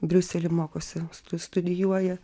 briusely mokosi stu studijuoja